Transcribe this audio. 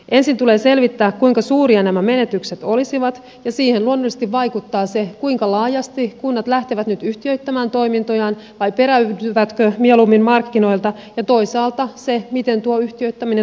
ensin tulee selvittää kuinka suuria nämä menetykset olisivat ja siihen luonnollisesti vaikuttaa se kuinka laajasti kunnat lähtevät nyt yhtiöittämään toimintojaan vai peräytyvätkö mieluummin markkinoilta ja toisaalta se miten tuo yhtiöittäminen toteutetaan